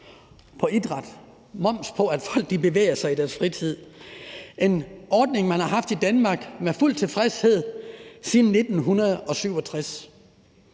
på idræt – moms på, at folk bevæger sig i deres fritid. Det omhandler en ordning, man har haft i Danmark med fuld tilfredshed siden 1967.